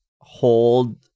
hold